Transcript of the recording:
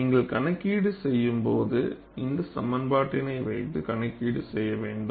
எனவே நீங்கள் கணக்கீடு செய்யும்போது இந்த சமன்பாட்டினைவைத்து கணக்கீடு செய்ய வேண்டும்